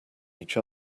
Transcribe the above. each